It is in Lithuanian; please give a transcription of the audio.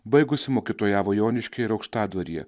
baigusi mokytojavo joniškyje ir aukštadvaryje